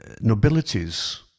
nobilities